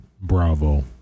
Bravo